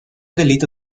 delito